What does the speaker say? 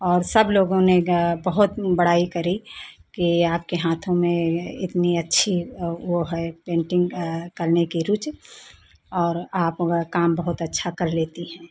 और सब लोगों ने बहुत बड़ाई करी कि आपके हाथों में यह इतनी अच्छी वह है पेन्टिन्ग करने की रुचि और आप अगर काम बहुत अच्छा कर लेती हैं